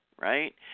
right